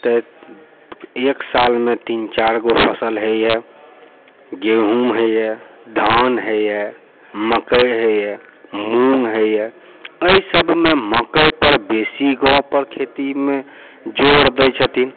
तऽ एक सालमे तीन चारिगो फसल होइए गहूँम होइए धान होइए मकइ होइए मूँग होइए एहिसबमे मकइपर बेसी गाँवपर खेतीमे जोर दै छथिन